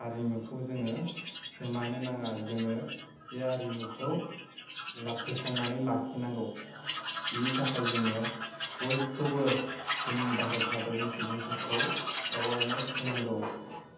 हारिमुखौ जोङो खोमानो नाङा जोङो बे हारिमुखौ फोथांनानै लाखिनांगौ बिनि थाखाय जोङो बयखौबो जोंनि भारत हादरनि सुबुंफोरखौ एवारनेस होनांगौ